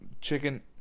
chicken